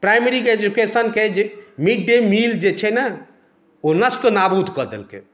primary एजुकेशनके जे midday meal जे छै ने ओ नस्तानाबूत कऽ देलकै